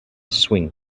swing